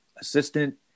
assistant